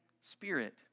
Spirit